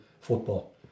football